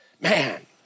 Man